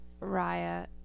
Raya